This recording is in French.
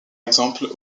exemple